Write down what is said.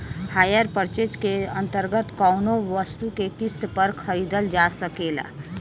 hire purchase के अंतर्गत कौनो वस्तु के किस्त पर खरीदल जा सकेला